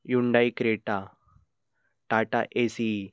Hyundai Creta Tata A C E